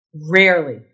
Rarely